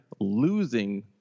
losing